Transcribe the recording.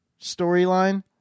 storyline